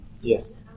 Yes